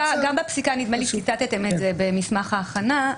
נדמה לי שציטטתם את זה במסמך ההכנה,